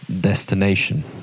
destination